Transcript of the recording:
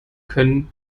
können